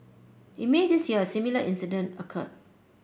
in May this year a similar incident occurred